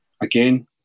again